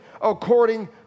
according